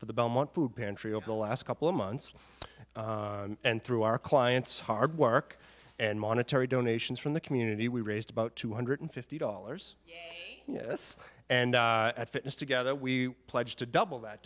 for the belmont food pantry over the last couple of months and through our clients hard work and monetary donations from the community we raised about two hundred fifty dollars this and fitness together we pledged to double that